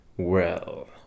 Well